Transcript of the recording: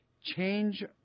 Change